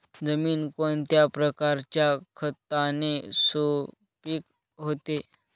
जमीन कोणत्या प्रकारच्या खताने सुपिक होते?